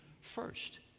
first